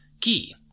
key